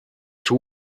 two